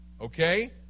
Okay